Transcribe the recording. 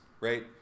Right